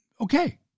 Okay